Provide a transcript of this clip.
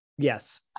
yes